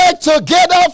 together